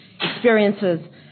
experiences